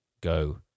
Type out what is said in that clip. go